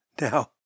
Now